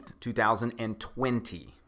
2020